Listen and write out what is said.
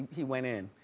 he went in,